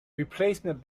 replacement